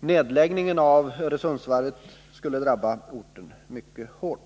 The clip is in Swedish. En nedläggning av Öresundsvarvet skulle därför drabba orten mycket hårt.